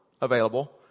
available